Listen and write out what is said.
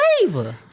flavor